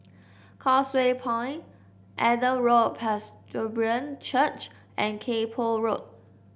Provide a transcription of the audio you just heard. Causeway Point Adam Road Presbyterian Church and Kay Poh Road